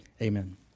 Amen